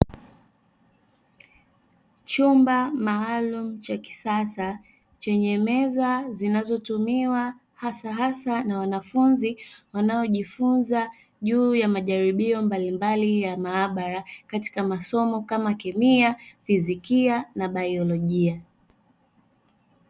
Chumba maalumu cha kisasa chenye meza zinazotumiwa hasahasa na wanafunzi wanaojifunza juu ya majaribio mbalimbali ya maabara katika masomo kama kemia, fizikia na biolojia.